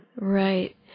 Right